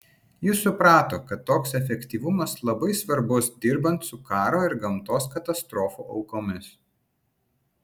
jis suprato kad toks efektyvumas labai svarbus dirbant su karo ir gamtos katastrofų aukomis